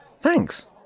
Thanks